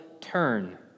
turn